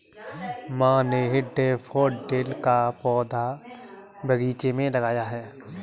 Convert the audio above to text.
माँ ने डैफ़ोडिल का पौधा बगीचे में लगाया है